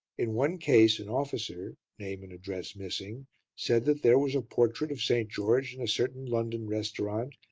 in one case an officer name and address missing said that there was a portrait of st. george in a certain london restaurant,